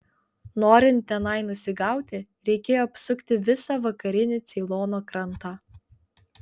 norint tenai nusigauti reikėjo apsukti visą vakarinį ceilono krantą